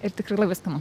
ir tikrai labai skanu